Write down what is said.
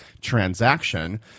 transaction